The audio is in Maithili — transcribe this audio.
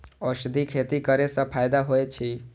औषधि खेती करे स फायदा होय अछि?